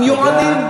המיועדים.